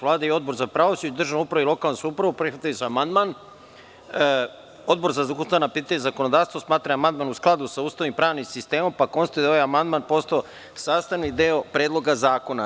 Vlada i Odbor za pravosuđe, državnu upravu i lokalnu samoupravu prihvatili su amandman, a Odbor za ustavna pitanja i zakonodavstvo smatra da je amandman u skladu sa Ustavom i pravnim sistemom, pa konstatujem da je ovaj amandman postao sastavni deo Predloga zakona.